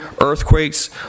earthquakes